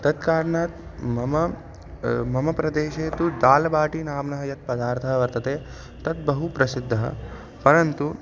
तत्कारणात् मम मम प्रदेशे तु दालबाटिनाम्नः यत् पदार्थः वर्तते तद् बहु प्रसिद्धः परन्तु